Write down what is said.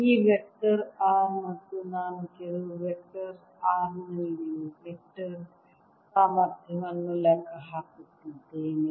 ಈ vector R ಮತ್ತು ನಾನು ಕೆಲವು ವೆಕ್ಟರ್ R ನಲ್ಲಿ ವೆಕ್ಟರ್ ಸಾಮರ್ಥ್ಯವನ್ನು ಲೆಕ್ಕ ಹಾಕುತ್ತಿದ್ದೇನೆ